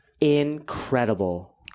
incredible